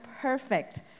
perfect